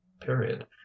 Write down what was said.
period